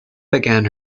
began